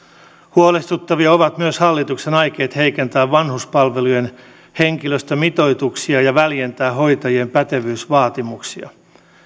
huolestuttavia ovat myös hallituksen aikeet heikentää vanhuspalvelujen henkilöstömitoituksia ja väljentää hoitajien pätevyysvaatimuksia